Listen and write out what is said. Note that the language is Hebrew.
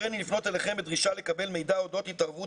הריני לפנות אליכם בדרישה לקבל מידע אודות התערבות